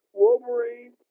Wolverine